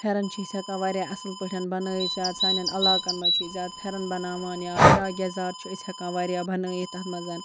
پھٮ۪رَن چھِ أسۍ ہٮ۪کان وارِیاہ اَصٕل پٲٹھۍ بَنٲیِتھ زیادٕ سانٮ۪ن علاقَن منٛز چھِ أسۍ زیادٕ پھٮ۪رَن بَناوان یا فِراک یَزار چھِ أسۍ ہٮ۪کان وارِیاہ بَنٲیِتھ تَتھ منٛز